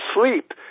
sleep